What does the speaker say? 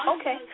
Okay